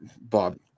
Bob